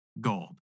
Gold